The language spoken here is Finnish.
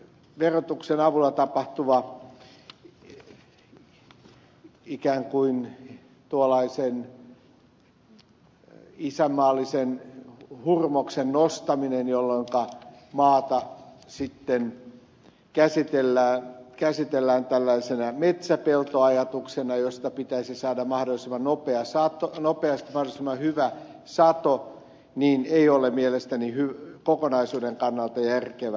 verotuksen avulla tapahtuva ikään kuin tuollaisen isänmaallisen hurmoksen nostaminen jolloinka maata käsitellään metsäpelto ajatuksella niin että pitäisi saada mahdollisimman nopeasti mahdollisimman hyvä sato ei ole mielestäni kokonaisuuden kannalta järkevää